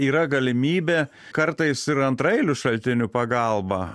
yra galimybė kartais ir antraeilių šaltinių pagalba